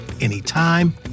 anytime